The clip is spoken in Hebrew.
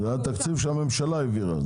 זה התקציב שהממשלה העבירה.